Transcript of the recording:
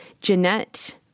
Jeanette